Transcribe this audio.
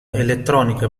elettronica